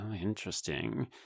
interesting